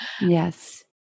Yes